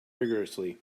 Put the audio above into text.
rigourously